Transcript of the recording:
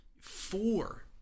four